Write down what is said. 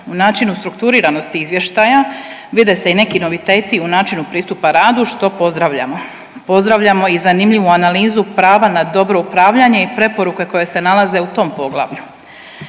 U načinu strukturiranosti izvještaja vide se i neki noviteti u načinu pristupa radu, što pozdravljamo. Pozdravljamo i zanimljivu analizu prava na dobro upravljanje i preporuke koje se nalaze u tom poglavlju.